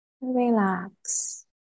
Relax